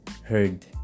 heard